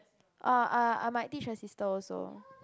err ah I might teach her sister also